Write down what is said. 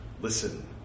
Listen